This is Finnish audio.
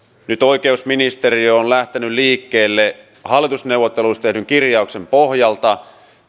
nyt oikeusministeriö on lähtenyt liikkeelle hallitusneuvotteluissa tehdyn kirjauksen pohjalta